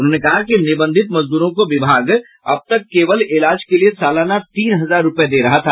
उन्होंने कहा कि निबंधित मजदूरों को विभाग अब तक केवल इलाज के लिए सालाना तीन हजार रूपये दे रहा था